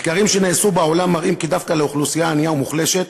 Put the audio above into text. מחקרים שנעשו בעולם מראים כי דווקא לאוכלוסייה ענייה ומוחלשת